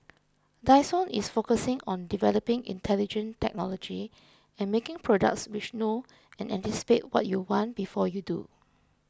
Dyson is focusing on developing intelligent technology and making products which know and anticipate what you want before you do